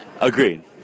Agreed